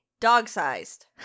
Dog-sized